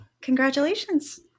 Congratulations